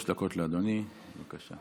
שלוש דקות לאדוני, בבקשה.